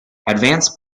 advanced